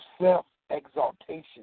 self-exaltation